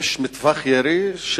יש מטווח ירי,